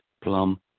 plum